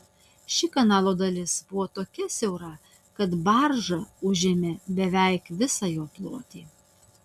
ši kanalo dalis buvo tokia siaura kad barža užėmė beveik visą jo plotį